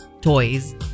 toys